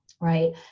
right